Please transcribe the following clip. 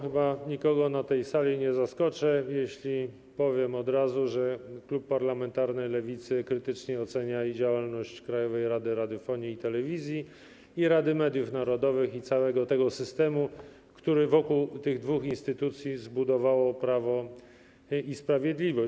Chyba nikogo na tej sali nie zaskoczę, jeśli powiem od razu, że klub parlamentarny Lewicy krytycznie ocenia i działalność Krajowej Rady Radiofonii i Telewizji, i Rady Mediów Narodowych, i całego systemu, który wokół tych dwóch instytucji zbudowało Prawo i Sprawiedliwość.